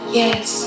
yes